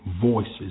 voices